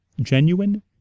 genuine